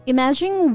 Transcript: Imagine